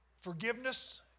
Forgiveness